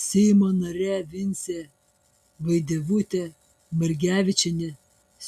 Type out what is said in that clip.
seimo narė vincė vaidevutė margevičienė